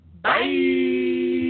bye